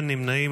אין נמנעים.